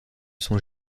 sont